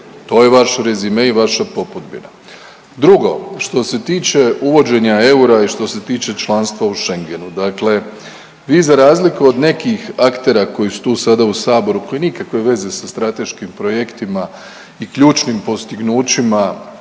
To je vaš rezime i vaša popudbina. Drugo, što se tiče uvođenja eura i što se tiče članstva u Schengenu, dakle vi za razliku od nekih aktera koji su tu sada u saboru koji nikakve veze sa strateškim projektima i ključnim postignućima